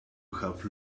have